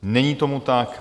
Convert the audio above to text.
Není tomu tak.